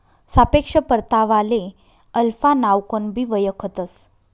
सापेक्ष परतावाले अल्फा नावकनबी वयखतंस